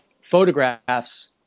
photographs